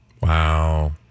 Wow